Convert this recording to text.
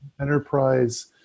enterprise